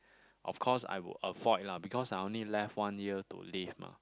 of course I would avoid lah because I only left one year to live mah